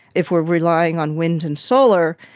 if we're relying on wind and solar,